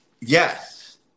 yes